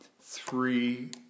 three